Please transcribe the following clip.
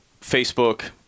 Facebook